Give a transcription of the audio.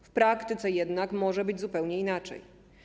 W praktyce jednak może być zupełnie inaczej.